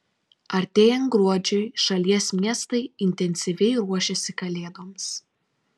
artėjant gruodžiui šalies miestai intensyviai ruošiasi kalėdoms